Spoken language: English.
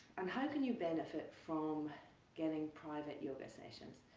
and how can you benefit from getting private yoga sessions?